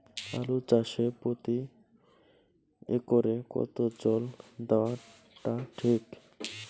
আলু চাষে প্রতি একরে কতো জল দেওয়া টা ঠিক?